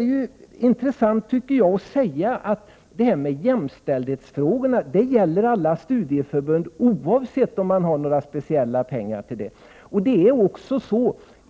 Det intressanta är att jämställdhetsfrågorna bör gälla alla studieförbund, oavsett om det finns speciella medel för ändamålet.